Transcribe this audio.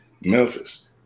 Memphis